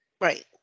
Right